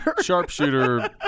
Sharpshooter